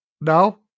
No